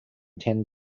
ten